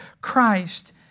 Christ